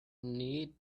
need